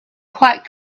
quite